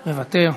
מוותר,